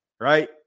right